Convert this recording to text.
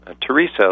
Teresa